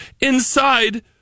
inside